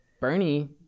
Bernie